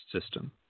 system